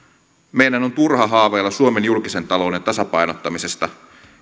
meidän on turha haaveilla suomen julkisen talouden tasapainottamisesta